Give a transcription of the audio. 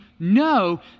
No